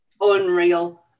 Unreal